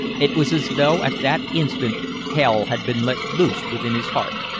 it was as though at that instant hell had been let loose within his heart.